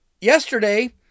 yesterday